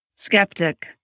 Skeptic